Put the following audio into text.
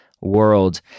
world